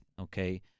Okay